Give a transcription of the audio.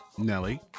Nelly